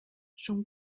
schon